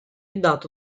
dato